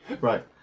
Right